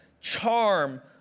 charm